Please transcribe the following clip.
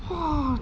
!wah!